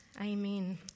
Amen